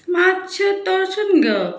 मातशें तळसून घेवप